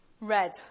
Red